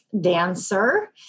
dancer